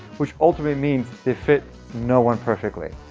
which ultimately means they fit no one perfectly.